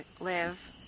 live